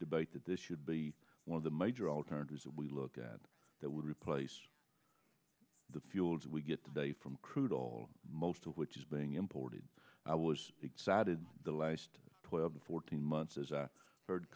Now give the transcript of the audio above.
debate that this should be one of the major alternatives that we look at that would replace the fuel that we get today from crude oil most of which is being imported i was excited the last twelve to fourteen months as